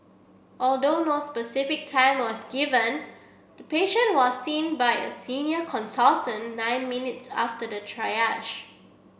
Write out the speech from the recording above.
although no specific time was given the patient was seen by a senior consultant nine minutes after the triage